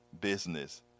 business